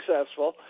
successful